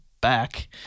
back